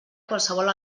qualsevol